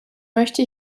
möchte